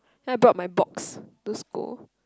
then I brought my box to school